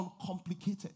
uncomplicated